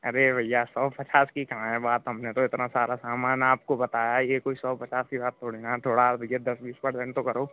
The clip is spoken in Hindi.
अरे भइया सौ पचास की कहाँ है बात हमने तो इतना सारा सामान आपको बताया ये कोई सौ पचास की बात थोड़ी ना है थोड़ा और भइया दस बीस परसेंट तो करो